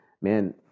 man